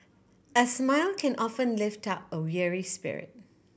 a smile can often lift up a weary spirit